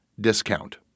discount